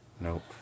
Nope